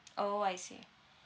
orh I see